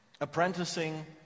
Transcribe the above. Apprenticing